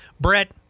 Brett